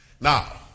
Now